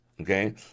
Okay